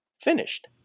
finished